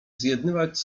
zjednywać